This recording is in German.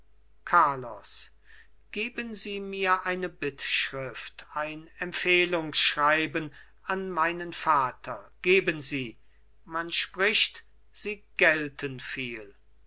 carlos geben sie mir eine bittschrift ein empfehlungsschreiben an meinen vater geben sie man spricht sie gelten viel